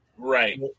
Right